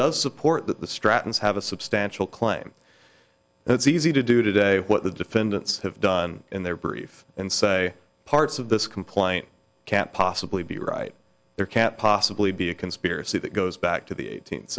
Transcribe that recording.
does support that the stratton's have a substantial claim and it's easy to do today what the defendants have done in their brief and say parts of this complaint can't possibly be right there can't possibly be a conspiracy that goes back to the eighteenth